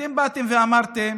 אתם באתם ואמרתם: